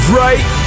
right